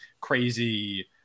crazy